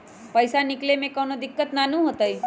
पईसा निकले में कउनो दिक़्क़त नानू न होताई?